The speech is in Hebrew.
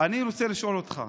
אני רוצה לשאול אותך: